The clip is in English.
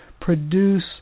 produce